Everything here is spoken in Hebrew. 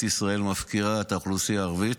ישראל מפקירה את האוכלוסייה הערבית,